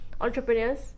entrepreneurs